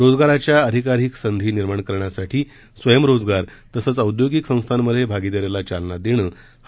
रोजगाराच्या अधिकाधिक संधी निर्माण करण्यासाठी स्वयंरोजगार तसंच औद्योगिक संस्थांमध्ये भागीदारीला चालना देणं हा या अभियानाचा उददेश आहे